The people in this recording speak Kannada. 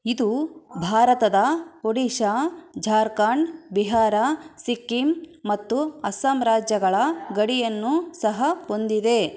ಇದು ಭಾರತದ ಒಡಿಶಾ ಜಾರ್ಖಂಡ್ ಬಿಹಾರ ಸಿಕ್ಕಿಮ್ ಮತ್ತು ಅಸ್ಸಾಮ್ ರಾಜ್ಯಗಳ ಗಡಿಯನ್ನೂ ಸಹ ಹೊಂದಿದೆ